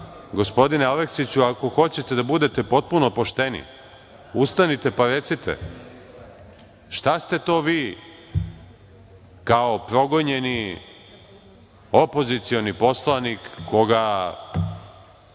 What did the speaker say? gospodine Aleksiću ako hoćete da budete potpuno pošteni, ustanite pa recite šta ste to vi kao progonjeni, opozicioni poslanik koga